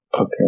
Okay